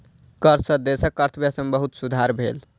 कर सॅ देशक अर्थव्यवस्था में बहुत सुधार भेल